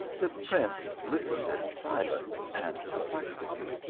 the prince listened in silence and perplexity.